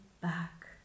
back